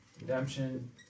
redemption